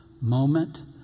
Moment